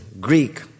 Greek